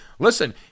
Listen